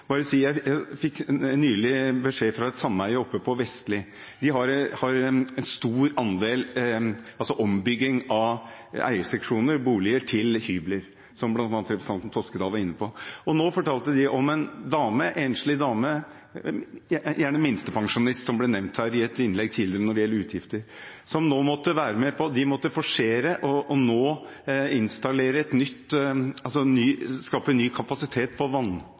Jeg fikk nylig beskjed fra et sameie på Vestli om at de har en stor andel ombygging av eierseksjoner og boliger til hybler, noe representanten Toskedal var inne på. Nå fortalte de om en enslig dame, minstepensjonist, som også nevnt i et innlegg tidligere når det gjelder utgifter. Sameiet måtte skape ny kapasitet på vannforsyningen til blokka og